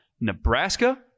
Nebraska